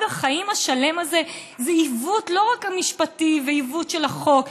החיים השלם הזה זה לא רק עיוות משפטי ועיוות של החוק,